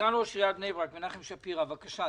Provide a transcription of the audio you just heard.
סגן ראש עיריית בני ברק, מנחם שפירא, בבקשה.